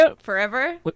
forever